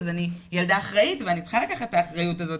אז אני ילדה אחראית ואני צריכה לקחת את האחריות הזאת.